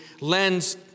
lends